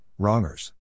wrongers